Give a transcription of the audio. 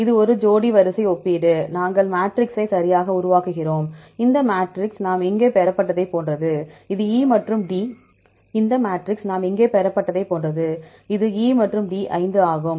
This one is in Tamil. இது ஒரு ஜோடிவரிசை ஒப்பீடு நாங்கள் மேட்ரிக்ஸை சரியாக உருவாக்குகிறோம் இந்த மேட்ரிக்ஸ் நாம் இங்கே பெறப்பட்டதைப் போன்றது இப்போது இது E மற்றும் D ஐந்து ஆகும்